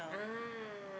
ah